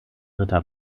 ritter